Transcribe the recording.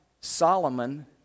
Solomon